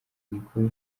niko